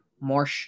more